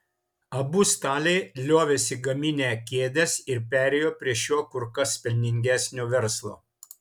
abu staliai liovėsi gaminę kėdes ir perėjo prie šio kur kas pelningesnio verslo